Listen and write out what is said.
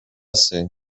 ser